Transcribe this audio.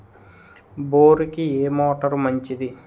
బోరుకి ఏ మోటారు మంచిది?